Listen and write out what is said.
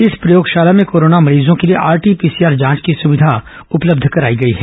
इस प्रयोगशाला में कोरोना मरीजों के लिए आरटी पीसीआर जांच की सुविधा उपलब्ध कराई गई है